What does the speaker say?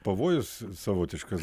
pavojus savotiškas